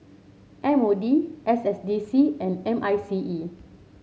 M O D S S D C and M I C E